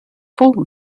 full